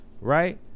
right